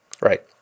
Right